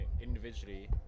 individually